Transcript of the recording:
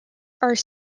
are